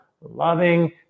loving